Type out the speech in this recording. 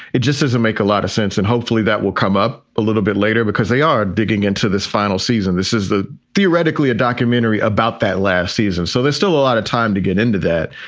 it just doesn't make a lot of sense. and hopefully that will come up a little bit later because they are digging into this final season. this is theoretically a documentary about that last season. so there's still a lot of time to get into that.